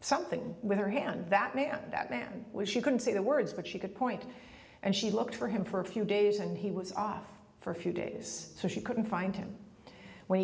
something with her hand that man that man was she couldn't say the words but she could point and she looked for him for a few days and he was off for a few days so she couldn't find him when